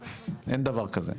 אין דבר כזה,